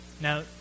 Now